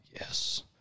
yes